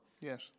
Yes